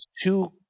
two